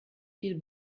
viel